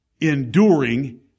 enduring